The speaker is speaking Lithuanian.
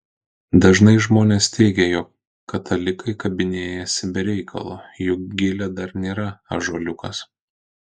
dažnai žmonės teigia jog katalikai kabinėjasi be reikalo juk gilė dar nėra ąžuoliukas